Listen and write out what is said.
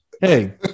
Hey